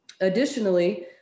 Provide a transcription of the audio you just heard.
Additionally